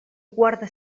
guarda